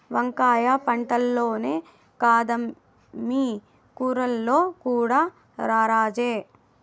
వంకాయ పంటల్లోనే కాదమ్మీ కూరల్లో కూడా రారాజే